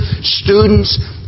students